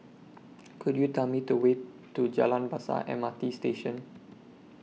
Could YOU Tell Me The Way to Jalan Besar M R T Station